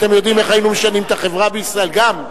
אתם יודעים איך הייתם משנים את החברה בישראל, גם?